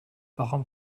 warum